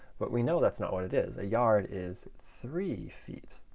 but we know that's not what it is. a yard is three feet.